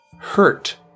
hurt